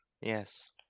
Yes